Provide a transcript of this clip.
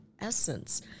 essence